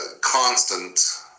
constant